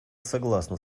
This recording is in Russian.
согласна